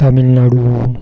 Tamil Nadu